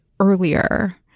earlier